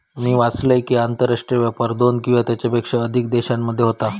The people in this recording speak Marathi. मी वाचलंय कि, आंतरराष्ट्रीय व्यापार दोन किंवा त्येच्यापेक्षा अधिक देशांमध्ये होता